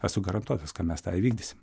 esu garantuotas kad mes tą įvykdysim